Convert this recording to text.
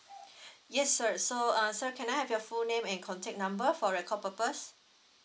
yes sir so uh sir can I have your full name and contact number for record purpose